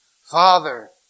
Father